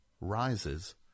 rises